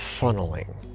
funneling